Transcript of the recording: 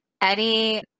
Eddie